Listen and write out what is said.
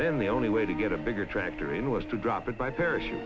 then the only way to get a bigger tractor in was to drop it by parachute